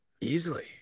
Easily